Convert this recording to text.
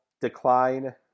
decline